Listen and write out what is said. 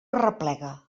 arreplega